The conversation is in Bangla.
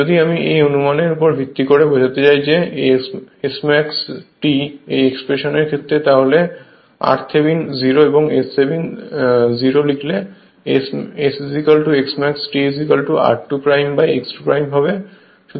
যদি আমি এই অনুমানের উপর ভিত্তি করে বোঝাতে চাই যে Smax T এই এক্সপ্রেশনের ক্ষেত্রে তাহলে r থেভিনিন 0 এবং S থেভিনিন 0 লিখলে S Smax t r2 x 2 হবে